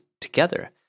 together